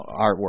artwork